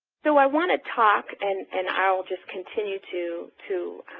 so i want to talk and and i'll just continue to to